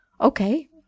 Okay